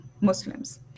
Muslims